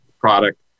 product